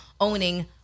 owning